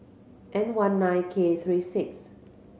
N one nine K three six